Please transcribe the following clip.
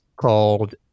called